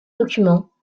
documents